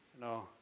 No